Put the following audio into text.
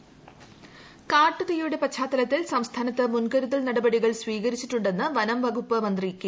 രാജുഇൻഡ്രോ കാട്ടുതീയുടെ പശ്ചാത്തലിത്തിൽ സംസ്ഥാനത്ത് മുൻകരുതൽ നടപടികൾ സ്വീകരിച്ചിട്ടു്ണ്ടെന്ന് വനംവകുപ്പ് മന്ത്രി കെ